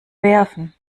werfen